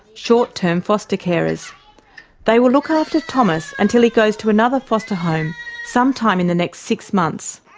short-term foster carers. they will look after thomas until he goes to another foster home sometime in the next six months.